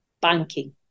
banking